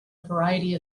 variety